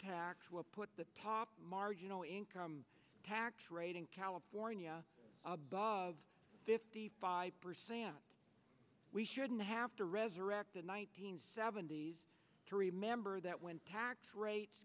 tax will put the top marginal income tax rate in california above fifty five percent we shouldn't have to resurrect the nineteen seventies to remember that when tax rates